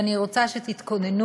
ואני רוצה שתתכוננו,